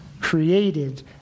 created